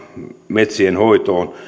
metsienhoitoon